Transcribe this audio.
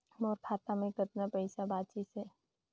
मोर खाता मे कतना पइसा बाचिस हे?